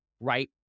right